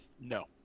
No